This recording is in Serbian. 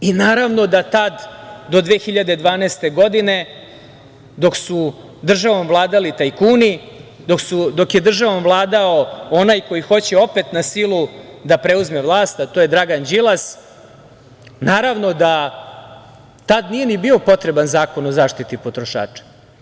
Naravno da tada do 2012. godine, dok su državom vladali tajkuni, dok je državom vladao onaj koji hoće opet na silu da preuzme vlast, a to je Dragan Đilas, naravno da tada nije ni bio potreban Zakon o zaštiti potrošača.